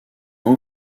haut